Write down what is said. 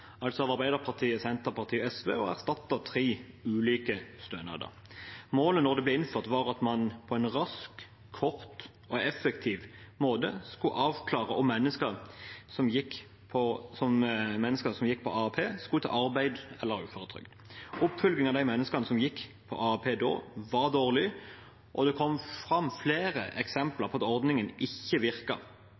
altså av Arbeiderpartiet, Senterpartiet og SV, og erstatter tre ulike stønader. Målet da det ble innført, var at man på en rask, kort og effektiv måte skulle avklare om mennesker som gikk på AAP, skulle ut i arbeid eller ha uføretrygd. Oppfølgingen av dem som gikk på AAP da, var dårlig, og det kom fram flere eksempel på at ordningen ikke